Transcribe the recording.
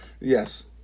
Yes